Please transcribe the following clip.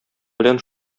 белән